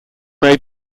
may